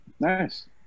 nice